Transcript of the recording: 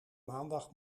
maandag